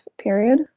period